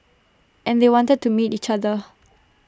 and they wanted to meet each other